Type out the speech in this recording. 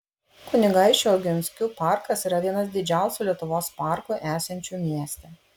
kunigaikščių oginskių parkas yra vienas didžiausių lietuvos parkų esančių mieste